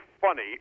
funny